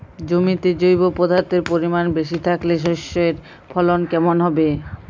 জমিতে জৈব পদার্থের পরিমাণ বেশি থাকলে শস্যর ফলন কেমন হবে?